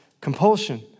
compulsion